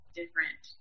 different